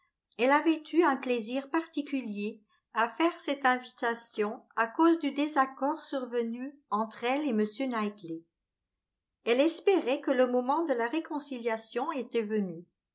elle avait eu un plaisir particulier à faire cette invitation à cause du désaccord survenu entre elle et m knightley elle espérait que le moment de la réconciliation était venu